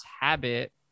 habit